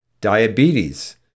Diabetes